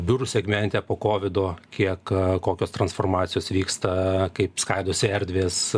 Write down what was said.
biurų segmente po kovido kiek kokios transformacijos vyksta kaip skaidosi erdvės